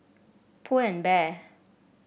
Pull and Bear